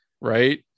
Right